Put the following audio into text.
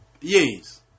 Yes